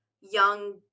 young